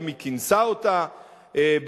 האם היא כינסה אותה בכלל,